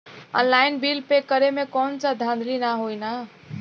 Online bill pay करे में कौनो धांधली ना होई ना?